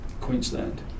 Queensland